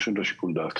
זהו,